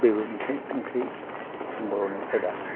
बेबो मोनसे ओंख्रि बर'नि खायदा